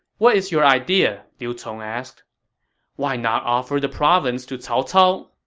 what is your idea? liu cong asked why not offer the province to cao cao?